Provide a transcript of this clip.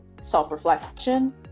self-reflection